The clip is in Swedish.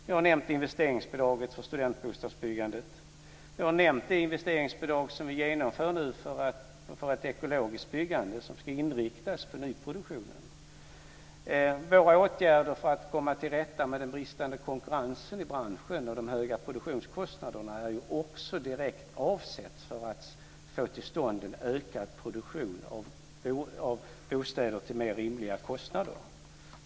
Jag har nämnt investeringsbidraget för studentbostadsbyggandet. Jag har nämnt de investeringsbidrag som vi genomför nu för ett ekologiskt byggande som ska inriktas på nyproduktionen. Några åtgärder för att komma till rätta med den bristande konkurrensen i branschen och de höga produktionskostnaderna är också direkt avsedda att få till stånd en ökad produktion av bostäder till mer rimliga kostnader.